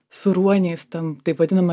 su ruoniais ten taip vadinama